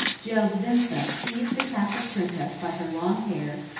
goisvintha seized the catholic princess by her long hair,